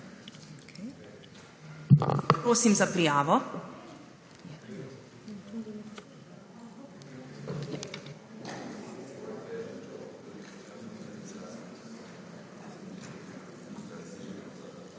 Prosim za prijavo.